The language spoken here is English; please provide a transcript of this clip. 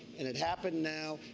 and it happened now.